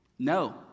No